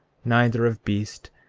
neither of beast,